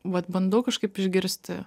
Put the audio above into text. vat bandau kažkaip išgirsti